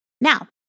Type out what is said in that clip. now